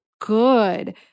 good